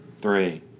three